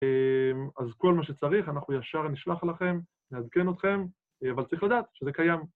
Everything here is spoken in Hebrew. אז כל מה שצריך, אנחנו ישר נשלח אליכם, נעדכן אתכם, אבל צריך לדעת שזה קיים.